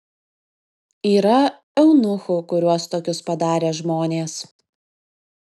yra eunuchų kuriuos tokius padarė žmonės